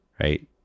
right